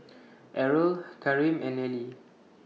Errol Kareem and Nellie